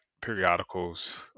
periodicals